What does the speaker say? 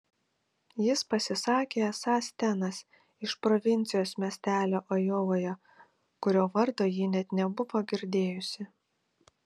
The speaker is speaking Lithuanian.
jis pasisakė esąs stenas iš provincijos miestelio ajovoje kurio vardo ji net nebuvo girdėjusi